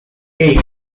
take